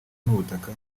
n’ubutaka